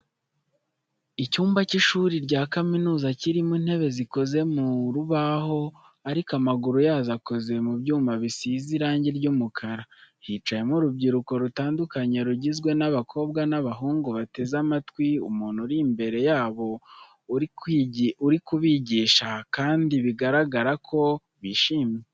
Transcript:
Icyumba cy'ishuri rya kaminuza kirimo intebe zikoze mu rubaho ariko amaguru yazo akoze mu byuma bisize irangi ry'umukara, hicayemo urubyiruko rutandukanye rugizwe n'abakobwa n'abahungu bateze amatwi umuntu uri imbere yabo uri kubigisha kandi biragaragara ko bishimye.